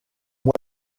mois